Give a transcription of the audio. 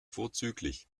vorzüglich